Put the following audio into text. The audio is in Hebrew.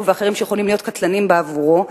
ואחרים שיכולים להיות קטלניים בעבורו.